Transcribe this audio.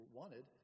wanted